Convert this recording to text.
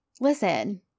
listen